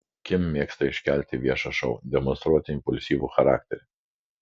kim mėgsta iškelti viešą šou demonstruoti impulsyvų charakterį